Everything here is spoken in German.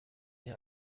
ihr